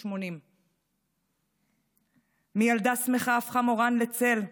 80. מילדה שמחה הפכה מורן לצל.